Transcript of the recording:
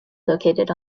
located